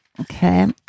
Okay